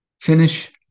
Finish